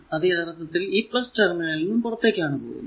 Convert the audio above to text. അത് യഥാർത്ഥത്തിൽ ഈ ടെർമിനൽ നിന്നും പുറത്തേക്കാണ് പോകുന്നത്